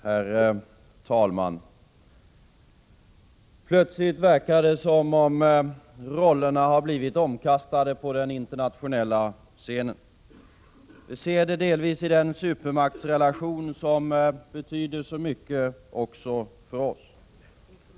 Herr talman! Plötsligt verkar det som om rollerna har blivit omkastade på den internationella scenen. Vi ser det delvis i den supermaktsrelation som betyder så mycket också för oss.